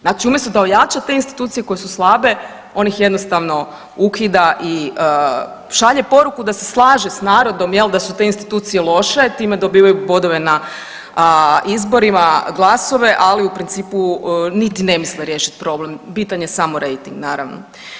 Znači umjesto da ojača te institucije koje su slabe on ih jednostavno ukida i šalje poruku da se slaže s narodom da su te institucije loše, time dobivaju bodove na izborima, glasove, ali u principu niti ne misle riješiti problem, bitan je samo rejting naravno.